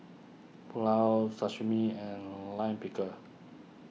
Pulao Sashimi and Lime Pickle